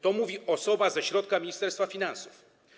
To mówi osoba ze środka Ministerstwa Finansów.